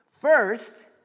First